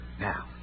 Now